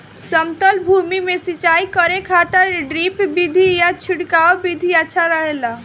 समतल भूमि में सिंचाई करे खातिर ड्रिप विधि या छिड़काव विधि अच्छा रहेला?